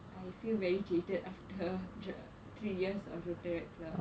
I feel very jaded after three years of rotaract club